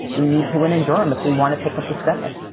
we need to win in durham if we want to pick up the senate.